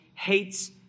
hates